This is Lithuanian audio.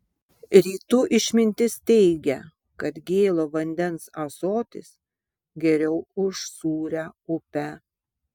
rytų išmintis teigia kad gėlo vandens ąsotis geriau už sūrią upę